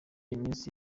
iminsi